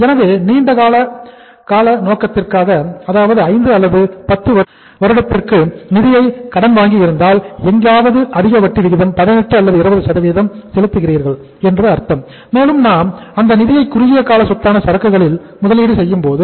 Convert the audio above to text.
எனவே நீங்கள் நீண்ட கால நோக்கத்திற்காக அதாவது 5 அல்லது 10 வருடத்திற்கு நிதியை கடன் வாங்கி இருந்தால் எங்காவது அதிக வட்டி விகிதம் 18 அல்லது 20 சதவீதம் செலுத்துகிறீர்கள் என்று அர்த்தம் மேலும் நாம் அந்த நிதியை குறுகிய கால சொத்தான சரக்குகளில் முதலீடு செய்கிறோம்